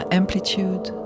amplitude